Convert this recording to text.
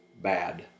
bad